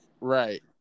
right